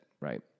right